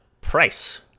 price